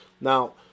now